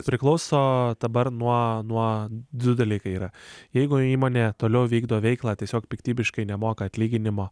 priklauso dabar nuo nuo du dalykai yra jeigu įmonė toliau vykdo veiklą tiesiog piktybiškai nemoka atlyginimo